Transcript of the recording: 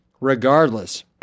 Regardless